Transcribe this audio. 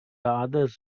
others